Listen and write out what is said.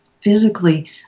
physically